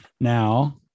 Now